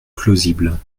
plausible